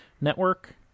network